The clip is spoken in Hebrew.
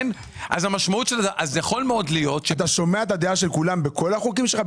אתה שומע את הדעה של כולם בכל החוקים שלך.